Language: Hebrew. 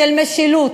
של משילות,